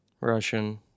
Russian